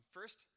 First